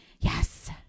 yes